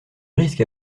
risque